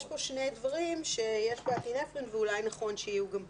יש פה שני דברים שיש באפינפרין ואולי נכון שיהיו גם פה.